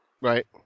Right